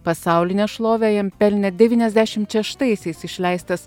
pasaulinę šlovę jam pelnė devyniasdešimt šeštaisiais išleistas